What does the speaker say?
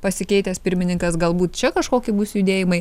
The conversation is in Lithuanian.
pasikeitęs pirmininkas galbūt čia kažkoki bus judėjimai